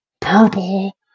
Purple